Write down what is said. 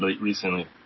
recently